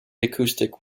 acoustic